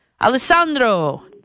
Alessandro